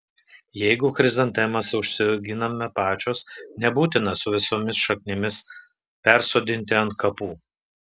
jeigu chrizantemas užsiauginame pačios nebūtina su visomis šaknimis persodinti ant kapų